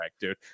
dude